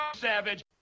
Savage